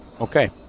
Okay